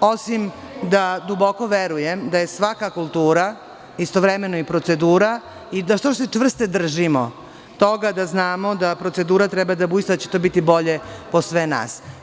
osim da duboko verujem da je svaka kultura istovremeno i procedura i da što se čvrsto držimo toga da znamo da procedure treba da bude da će to biti bolje po sve nas.